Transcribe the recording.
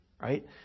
right